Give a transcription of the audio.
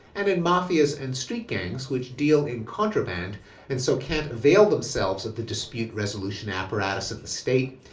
and in mafias and street gangs which deal in contraband and so can't avail themselves of the dispute resolution apparatus of the state.